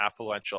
affluential